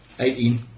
Eighteen